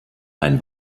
ein